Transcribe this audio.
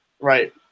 right